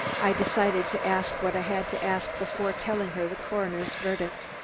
i decided to ask what i had to ask before telling her the coroner's verdict.